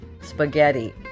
spaghetti